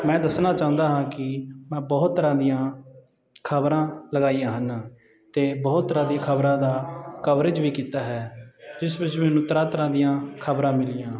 ਮੈਂ ਦੱਸਣਾ ਚਾਹੁੰਦਾ ਹਾਂ ਕਿ ਮੈਂ ਬਹੁਤ ਤਰ੍ਹਾਂ ਦੀਆਂ ਖ਼ਬਰਾਂ ਲਗਾਈਆਂ ਹਨ ਅਤੇ ਬਹੁਤ ਤਰ੍ਹਾਂ ਦੀ ਖ਼ਬਰਾਂ ਦਾ ਕਵਰੇਜ ਵੀ ਕੀਤਾ ਹੈ ਜਿਸ ਵਿੱਚ ਮੈਨੂੰ ਤਰ੍ਹਾਂ ਤਰ੍ਹਾਂ ਦੀਆਂ ਖ਼ਬਰਾਂ ਮਿਲੀਆਂ